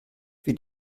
für